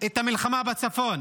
את המלחמה בצפון.